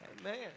Amen